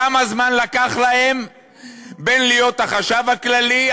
כמה זמן לקח להם בין תפקיד החשב הכללי,